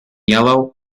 yellow